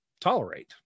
tolerate